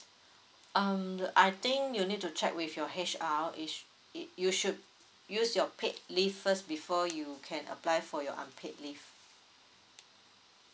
um I think you need to check with your H_R if you should use your paid leave first before you can apply for your unpaid leave